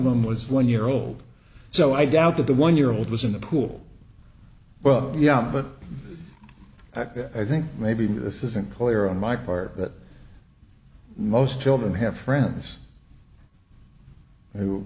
them was one year old so i doubt that the one year old was in the pool well yeah but i think maybe this isn't clear on my part but most children have friends who